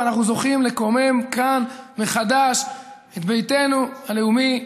ואנחנו זוכים לקומם כאן מחדש את ביתנו הלאומי,